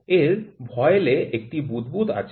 এর ভয়েল এ একটি বুদবুদ আছে